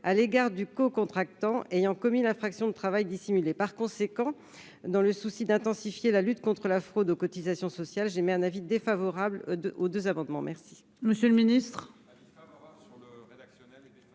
à l'égard du cocontractant ayant commis l'infraction de travail dissimulé. Dans le souci d'intensifier la lutte contre la fraude aux cotisations sociales, j'émets donc un avis défavorable sur ces deux amendements